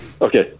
okay